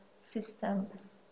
systems